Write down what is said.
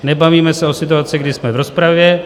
Nebavíme se o situaci, kdy jsme v rozpravě.